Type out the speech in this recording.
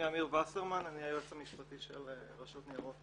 אני היועץ המשפטי של הרשות לניירות ערך.